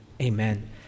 Amen